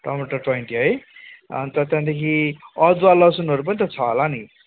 टमटर ट्वेन्टी है अन्त त्यहाँदेखि अदुवा लसुनहरू पनि त छ होला नि